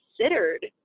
considered